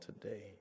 today